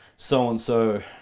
So-and-so